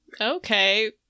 Okay